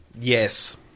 Yes